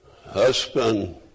Husband